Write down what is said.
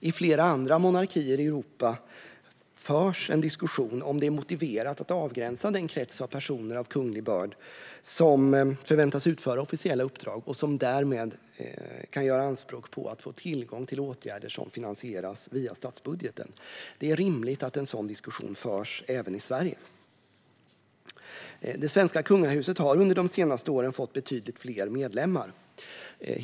I flera andra monarkier i Europa förs en diskussion om det är motiverat att avgränsa den krets av personer av kunglig börd som förväntas utföra officiella uppdrag och som därmed kan göra anspråk på att få tillgång till åtgärder som finansieras via statsbudgeten. Det är rimligt att en sådan diskussion förs även i Sverige. Det svenska kungahuset har under de senaste åren fått betydligt fler medlemmar.